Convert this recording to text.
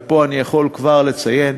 ופה אני יכול כבר לציין,